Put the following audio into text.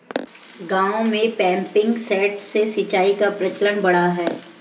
गाँवों में pumping set से सिंचाई का प्रचलन बढ़ा है